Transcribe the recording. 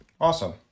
Awesome